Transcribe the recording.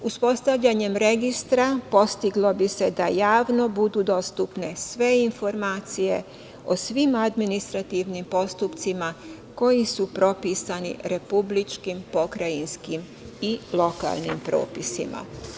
Uspostavljanjem registra postiglo bi se da javno budu dostupne sve informacije o svim administrativnim postupcima koji su propisani republičkim, pokrajinskim i lokalnim propisima.